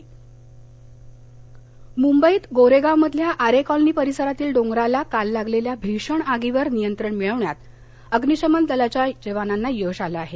आरे colony आग मुंबईत गोरेगावमधल्या आरे कॉलनी परिसरातील डोंगराला काल लागलेल्या भीषण आगीवर नियंत्रण मिळवण्यात अग्निशमन दलाच्या जवानांना यश आलं आहे